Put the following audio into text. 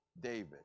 david